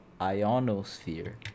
ionosphere